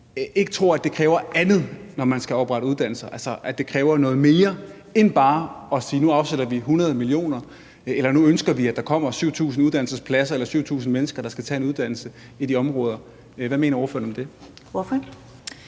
– at det kræver andet, når man skal oprette uddannelser; at det kræver noget mere end bare at sige, at nu afsætter man 100 mio. kr., eller at nu ønsker man, at der kommer 7.000 uddannelsespladser eller 7.000 mennesker, der skal tage en uddannelse i de områder. Hvad mener ordføreren om det?